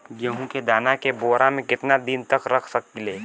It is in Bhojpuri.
गेहूं के दाना के बोरा में केतना दिन तक रख सकिले?